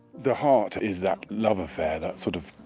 the heart is that love affair, that sort of,